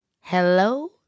Hello